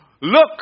look